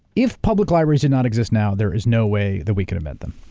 if public libraries did not exist now, there is no way that we could invent them.